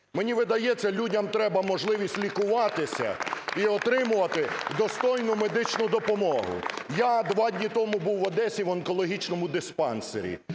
Мені видається, людям треба можливість лікуватися і отримувати достойну медичну допомогу. Я два дні тому був в Одесі в онкологічному диспансері.